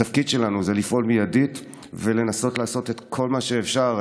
התפקיד שלנו זה לפעול מיידית ולנסות לעשות את כל מה שאפשר.